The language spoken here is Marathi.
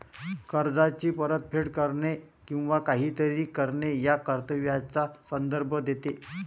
कर्जाची परतफेड करणे किंवा काहीतरी करणे या कर्तव्याचा संदर्भ देते